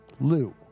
Lou